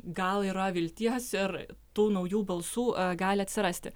gal yra vilties ir tų naujų balsų gali atsirasti